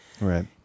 Right